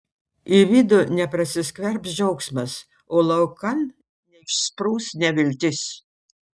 į vidų neprasiskverbs džiaugsmas o laukan neišsprūs neviltis